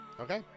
Okay